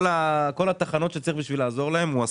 הוא עשה את כל התחנות שצריך בשביל לעזור להם.